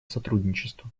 сотрудничества